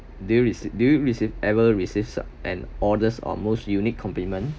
do you receive do you receive ever received and orders or most unique compliment